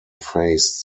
faced